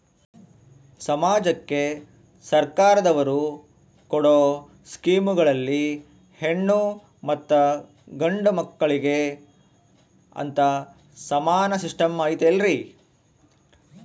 ಸಮಾಜಕ್ಕೆ ಸರ್ಕಾರದವರು ಕೊಡೊ ಸ್ಕೇಮುಗಳಲ್ಲಿ ಹೆಣ್ಣು ಮತ್ತಾ ಗಂಡು ಮಕ್ಕಳಿಗೆ ಅಂತಾ ಸಮಾನ ಸಿಸ್ಟಮ್ ಐತಲ್ರಿ?